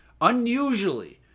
unusually